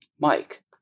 mike